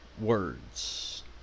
words